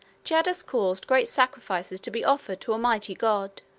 jaddus caused great sacrifices to be offered to almighty god,